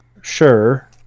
sure